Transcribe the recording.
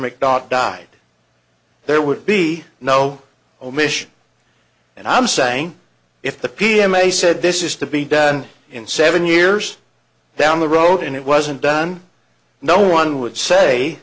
macdonald died there would be no omission and i'm saying if the p m a said this is to be done in seven years down the road and it wasn't done no one would say